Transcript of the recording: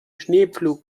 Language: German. schneepflug